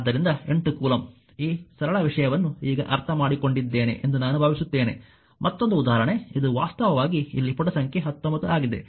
ಆದ್ದರಿಂದ 8 ಕೂಲಂಬ್ ಈ ಸರಳ ವಿಷಯವನ್ನು ಈಗ ಅರ್ಥಮಾಡಿಕೊಂಡಿದ್ದೇನೆ ಎಂದು ನಾನು ಭಾವಿಸುತ್ತೇನೆ ಮತ್ತೊಂದು ಉದಾಹರಣೆ ಇದು ವಾಸ್ತವವಾಗಿ ಇಲ್ಲಿ ಪುಟ ಸಂಖ್ಯೆ 19 ಆಗಿದೆ